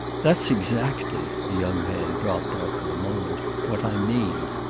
that's exactly, the young man dropped after a moment, what i mean.